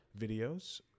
videos